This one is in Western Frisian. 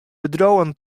bedriuwen